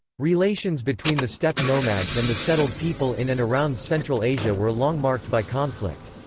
relations between the steppe nomads and the settled people in and around central asia were long marked by conflict.